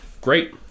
Great